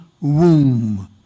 womb